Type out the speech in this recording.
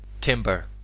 Timber